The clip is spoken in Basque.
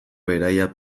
beraia